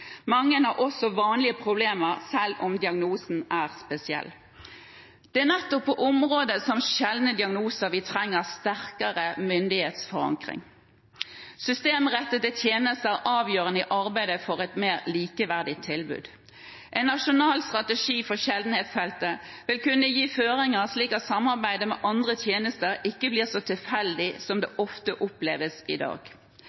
Mange har også vanlige problemer, selv om diagnosen er spesiell. Det er nettopp på områder som sjeldne diagnoser vi trenger sterkere myndighetsforankring. Systemrettede tjenester er avgjørende i arbeidet for et mer likeverdig tilbud. En nasjonal strategi for sjeldenhetsfeltet vil kunne gi føringer, slik at samarbeidet med andre tjenester ikke blir så tilfeldig som